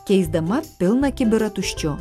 keisdama pilną kibirą tuščiu